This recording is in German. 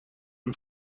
und